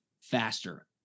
faster